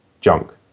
junk